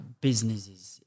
businesses